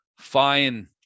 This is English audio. Fine